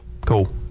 Cool